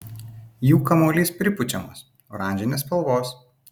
jų kamuolys pripučiamas oranžinės spalvos